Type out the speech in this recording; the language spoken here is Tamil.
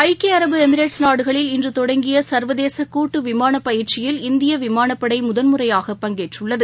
ஐக்கிய அரபு எமிரேட்ஸ் நாடுகளில் இன்று தொடங்கிய சர்வதேச கூட்டு விமான பயிற்சியில் இந்திய விமானப்படை முதல் முறையாக பங்கேற்றுள்ளது